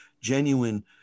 genuine